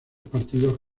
partidos